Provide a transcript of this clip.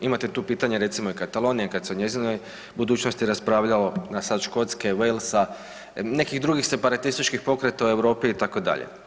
Imate tu pitanje recimo i Katalonije, kad se o njezinoj budućnosti raspravljalo, pa sad Školske, Walesa, nekih drugih separatističkih pokreta u Europi itd.